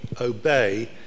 obey